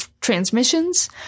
transmissions